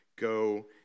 go